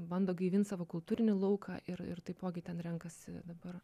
bando gaivint savo kultūrinį lauką ir ir taipogi ten renkasi dabar